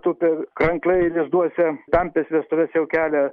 tupi krankliai lizduose pempės vestuves jau kelia